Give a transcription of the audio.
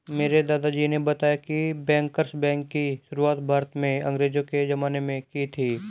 मेरे दादाजी ने बताया की बैंकर्स बैंक की शुरुआत भारत में अंग्रेज़ो के ज़माने में की थी